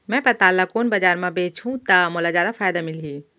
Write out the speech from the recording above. मैं पताल ल कोन बजार म बेचहुँ त मोला जादा फायदा मिलही?